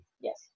Yes